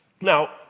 Now